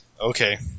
Okay